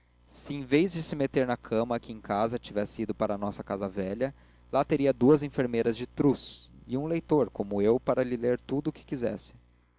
se em vez de se meter na cama aqui em casa tivesse ido para a nossa casa velha lá teria duas enfermeiras de truz e um leitor como eu nada para lhe ler tudo o que quisesse